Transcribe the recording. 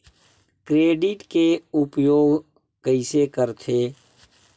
Credit के उपयोग कइसे करथे?